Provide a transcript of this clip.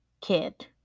kid